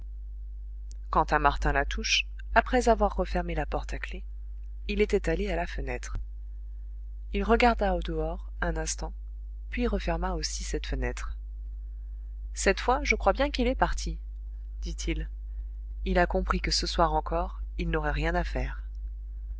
quant à martin latouche après avoir refermé la porte à clef il était allé à la fenêtre il regarda au-dehors un instant puis referma aussi cette fenêtre cette fois je crois bien qu'il est parti dit-il il a compris que ce soir encore il n'aurait rien à faire